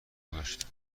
گذاشت